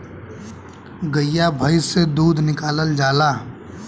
गइया भईस से दूध निकालल जाला